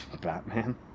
Batman